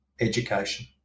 education